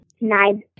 Nine